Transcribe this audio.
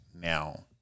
now